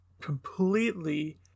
completely